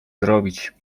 zrobić